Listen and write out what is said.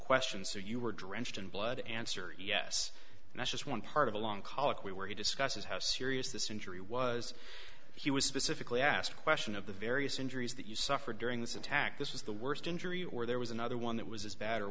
question so you were drenched in blood answer yes and that's just one part of a long colloquy where he discusses how serious this injury was he was specifically asked a question of the various injuries that you suffered during this attack this was the worst injury or there was another one that was as bad or